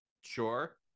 Sure